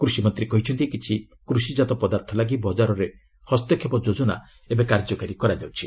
କୃଷିମନ୍ତ୍ରୀ କହିଛନ୍ତି କିଛି କୃଷିଜାତ ପଦାର୍ଥ ଲାଗି ବଜାରର ହସ୍ତକ୍ଷେପ ଯୋଜନା ଏବେ କାର୍ଯ୍ୟକାରୀ କରାଯାଉଛି